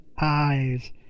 eyes